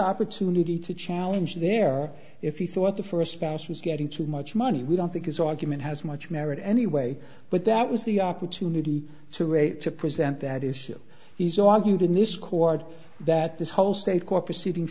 opportunity to challenge there if he thought the first pass was getting too much money we don't think his argument has much merit anyway but that was the opportunity to wait to present that is ship he's argued in this chord that this whole state court proceeding